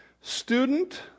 Student